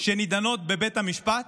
שנידונות בבית המשפט,